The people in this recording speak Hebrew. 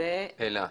ול"אלה".